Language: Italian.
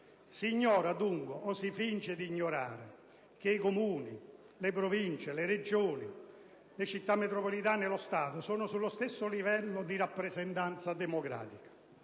Si ignora, dunque, o si finge di ignorare, che Comuni, Province, Regioni, Città metropolitane e Stato sono sullo stesso livello di rappresentanza democratica.